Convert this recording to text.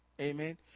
Amen